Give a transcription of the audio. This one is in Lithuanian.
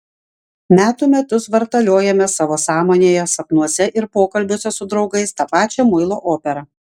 metų metus vartaliojame savo sąmonėje sapnuose ir pokalbiuose su draugais tą pačią muilo operą